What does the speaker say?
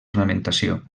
ornamentació